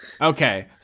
Okay